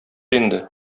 инде